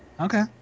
Okay